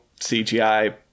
CGI